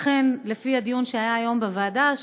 לפי הדיון שהיה היום בוועדה,